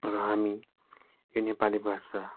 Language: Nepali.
र हामी यो नेपाली भाषा